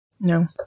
no